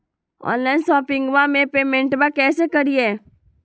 Online शोपिंगबा में पेमेंटबा कैसे करिए?